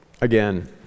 again